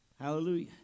Hallelujah